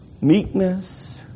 Meekness